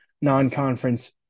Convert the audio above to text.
non-conference